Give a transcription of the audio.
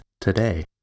today